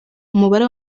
umubare